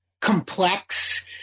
complex